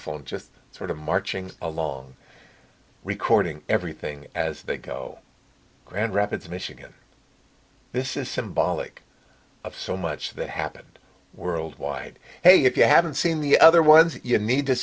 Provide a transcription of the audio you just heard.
phone just sort of marching along recording everything as they go grand rapids michigan this is symbolic of so much that happened worldwide hey if you haven't seen the other ones you need to